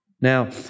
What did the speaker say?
Now